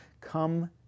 Come